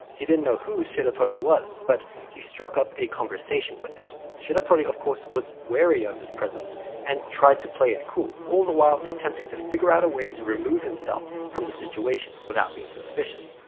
he didn't who shiratori was, but he struck up a conversation with him. shiratori, of course, was wary of his presence and tried to play it cool, all the while attempting to figure out a way to remove himself from the situation without being suspicious.